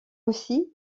aussi